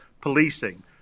policing